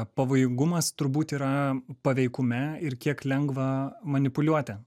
pavojingumas turbūt yra paveikume ir kiek lengva manipuliuoti